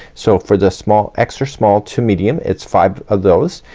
so for this small, extra small to medium, it's five of those,